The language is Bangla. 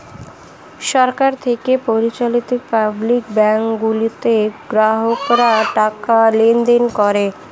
সরকার থেকে পরিচালিত পাবলিক ব্যাংক গুলোতে গ্রাহকরা টাকা লেনদেন করে